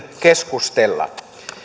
keskustella